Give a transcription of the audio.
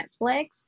Netflix